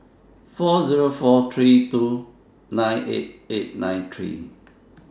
four Zero four three two nine eight eight nine three